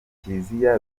kiliziya